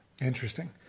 Interesting